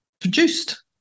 produced